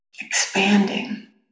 expanding